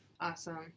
Awesome